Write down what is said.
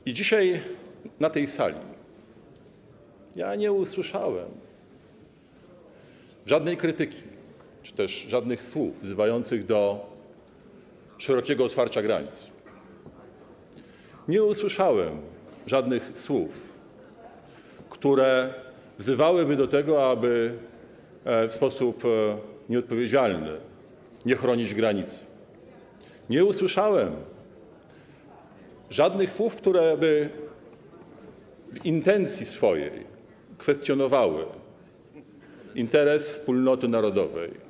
I dzisiaj na tej sali ja nie usłyszałem żadnej krytyki czy też żadnych słów wzywających do szerokiego otwarcia granic, nie usłyszałem żadnych słów, które wzywałyby do tego, aby w sposób nieodpowiedzialny nie chronić granic, nie usłyszałem żadnych słów, które by w intencji swojej kwestionowały interes wspólnoty narodowej.